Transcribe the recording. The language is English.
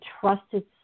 trusted